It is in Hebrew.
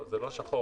זה לא שחור-לבן,